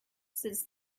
since